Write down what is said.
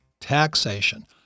taxation